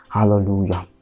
Hallelujah